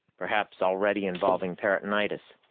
perhaps already involving peritonitis.